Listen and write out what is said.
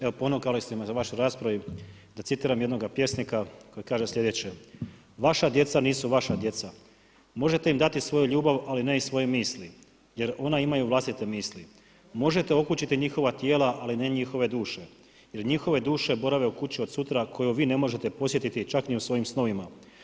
Evo ponukali ste me u vašoj raspravi da citiram jednoga pjesnika koji kaže sljedeće: vaša djeca nisu vaša djeca, možete im dati svoju ljubav, ali ne i svoje misli jer ona imaju vlastite misli, možete okučiti njihova tijela, ali ne njihove duše, jer njihove duši borave u kući od sutra koju vi ne možete posjetiti, čak ni u svojim snovima.